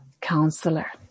counselor